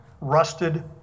rusted